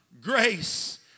Grace